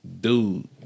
dude